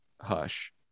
Hush